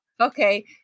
Okay